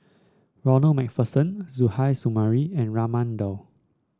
Ronald MacPherson Suzairhe Sumari and Raman Daud